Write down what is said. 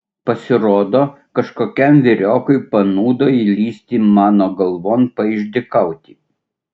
pasirodo kažkokiam vyriokui panūdo įlįsti mano galvon paišdykauti